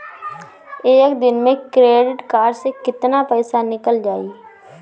एक दिन मे क्रेडिट कार्ड से कितना पैसा निकल जाई?